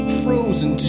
frozen